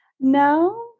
no